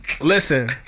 Listen